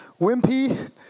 Wimpy